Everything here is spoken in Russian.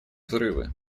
взрывы